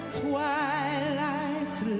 twilight's